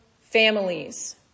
families